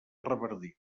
revardit